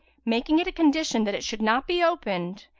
making it a condition that it should not be opened,